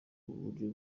buryo